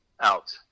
out